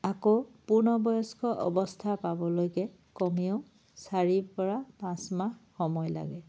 আকৌ পূৰ্ন বয়স্ক অৱস্থা পাবলৈকে কমেও চাৰিৰ পৰা পাঁচ মাহ সময় লাগে